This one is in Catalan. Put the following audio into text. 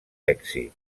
èxit